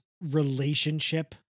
relationship